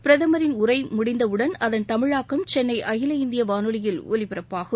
பிரதமின் உரை முடிந்தவுடன் அதன் தமிழாக்கம் சென்னை அகில இந்திய வானொலியில் ஒலிபரப்பாகும்